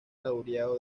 laureado